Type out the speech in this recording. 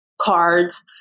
cards